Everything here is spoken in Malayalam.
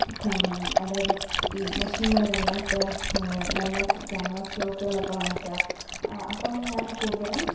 അതായത് ഈ മെഷീൻ മെയ്ഡ് അല്ലാത്ത നല്ല ക്യാൻവാസ് ക്ലോത്തുകളൊക്കെ വാങ്ങിക്കുക അപ്പം ഞാൻ കൂടുതലും